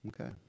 Okay